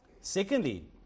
Secondly